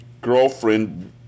Girlfriend